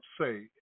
say